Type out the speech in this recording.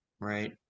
Right